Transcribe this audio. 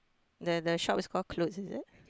the the shop is call clothes is it